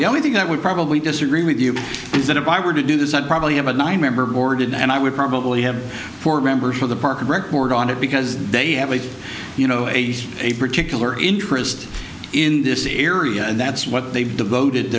the only thing that would probably disagree with you is that if i were to do this i'd probably have a nine member board and i would probably have four members of the park rec board on it because they have a you know a a particular interest in this area and that's what they've devoted